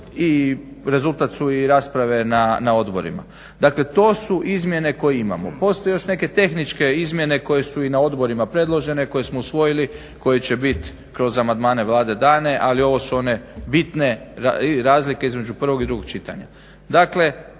I rezultat su i rasprave na odborima. Dakle, to su izmjene koje imamo. Postoje još neke tehničke izmjene koje su i na odborima predložene, koje smo usvojili, koje će biti kroz amandmane Vlade dane ali ovo su one bitne razlike između prvog i drugog čitanja. Dakle,